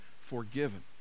forgiven